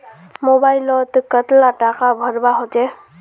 Mobile लोत कतला टाका भरवा होचे?